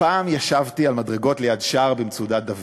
"פעם ישבתי על מדרגות ליד שער במצודת-דוד.